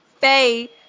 Faye